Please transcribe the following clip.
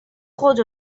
خودت